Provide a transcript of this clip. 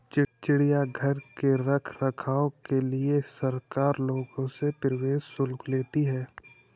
चिड़ियाघर के रख रखाव के लिए सरकार लोगों से प्रवेश शुल्क लेती है